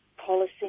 Policy